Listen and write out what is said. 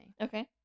Okay